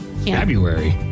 February